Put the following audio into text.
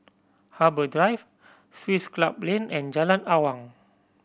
Harbour Drive Swiss Club Lane and Jalan Awang